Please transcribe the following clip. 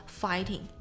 fighting